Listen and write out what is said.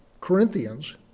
Corinthians